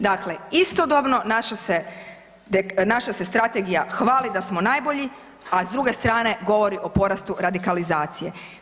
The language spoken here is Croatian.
Dakle, istodobno naša se strategija hvali da smo najbolji, a s druge strane govori o porastu radikalizacije.